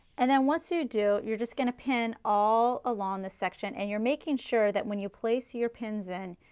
and then once you do, you're just going to pin all along the section, and you're making sure that when you place your pins in,